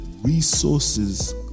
Resources